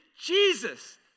Jesus